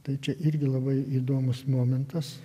tai čia irgi labai įdomus momentas